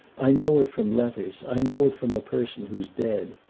i know it from letters, i know it from a person who's dead.